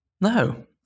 No